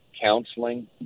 counseling